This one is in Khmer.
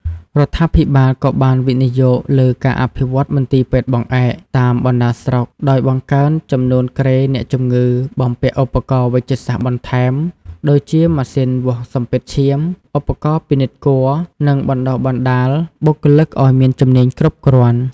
រដ្ឋាភិបាលក៏បានវិនិយោគលើ ការអភិវឌ្ឍមន្ទីរពេទ្យបង្អែក តាមបណ្តាស្រុក ដោយបង្កើនចំនួនគ្រែអ្នកជំងឺ បំពាក់ឧបករណ៍វេជ្ជសាស្ត្របន្ថែម ដូចជាម៉ាស៊ីនវាស់សម្ពាធឈាម ឧបករណ៍ពិនិត្យគភ៌ និងបណ្តុះបណ្តាលបុគ្គលិកឱ្យមានជំនាញគ្រប់គ្រាន់។